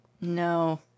No